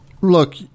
look